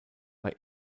bei